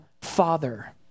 father